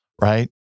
right